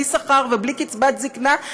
בלי שכר ובלי קצבת זקנה.